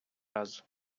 раз